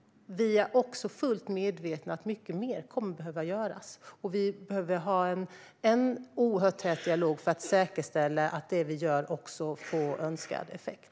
Vi är dock fullt medvetna om att mycket mer kommer att behöva göras. Vi behöver ha en oerhört tät dialog för att säkerställa att det vi gör får önskad effekt.